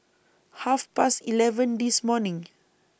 Half Past eleven This morning